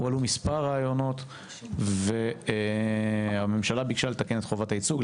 הועלו מספר רעיונות והממשלה ביקשה לתקן את חובת הייצוג,